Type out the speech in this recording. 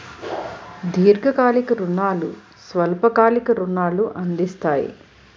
దీర్ఘకాలిక రుణాలు స్వల్ప కాలిక రుణాలు అందిస్తాయి